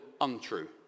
untrue